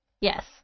Yes